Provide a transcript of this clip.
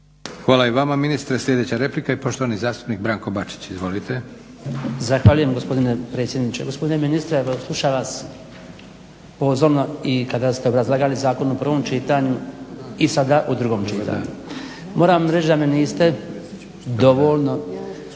Hvala i vama ministre. Sljedeća replika i poštovani zastupnik Branko Bačić. Izvolite. **Bačić, Branko (HDZ)** Zahvaljujem gospodine predsjedniče. Gospodine ministre evo slušam vas pozorno i kada ste obrazlagali zakon u prvom čitanju i sada u drugom čitanju. Moram vam reći da me niste dovoljno